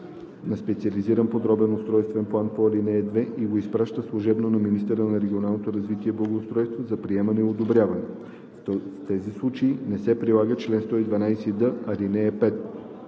на специализиран подробен устройствен план по ал. 2 и го изпраща служебно на министъра на регионалното развитие и благоустройството за приемане и одобряване. В тези случаи не се прилага чл. 112д, ал. 5.